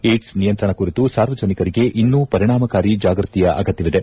ಏಡ್ಲ್ ನಿಯಂತ್ರಣ ಕುರಿತು ಸಾರ್ವಜನಿಕರಿಗೆ ಇನ್ನೂ ಪರಿಣಾಮಕಾರಿ ಜಾಗೃತಿಯ ಅಗತ್ಡವಿದೆ